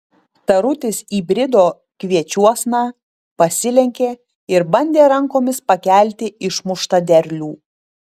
tarutis įbrido kviečiuosna pasilenkė ir bandė rankomis pakelti išmuštą derlių